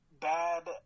bad